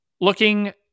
Looking